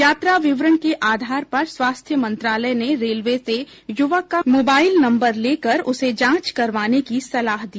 यात्रा विवरण के आधार पर स्वास्थ्य मंत्रालय ने रेलवे से युवक का मोबाईल नम्बर लेकर उसे जांच करवाने की सलाह दी